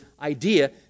idea